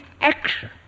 action